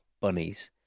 bunnies